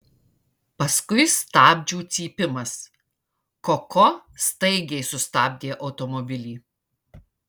paskui stabdžių cypimas koko staigiai sustabdė automobilį